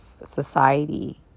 society